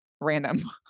random